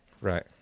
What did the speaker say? right